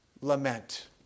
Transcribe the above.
lament